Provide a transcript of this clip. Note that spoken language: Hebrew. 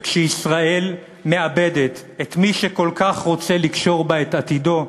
וכשישראל מאבדת את מי שכל כך רוצה לקשור בה את עתידו,